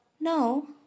No